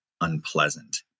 unpleasant